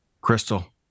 Crystal